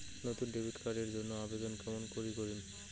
নতুন debit card এর জন্যে আবেদন কেমন করি করিম?